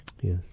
Yes